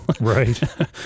Right